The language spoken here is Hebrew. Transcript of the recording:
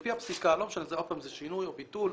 לפי הפסיקה, לא משנה אם זה שינוי או ביטול,